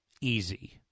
easy